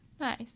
Nice